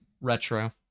retro